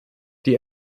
die